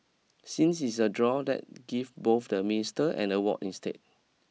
since it's a draw let give both the Minister an award instead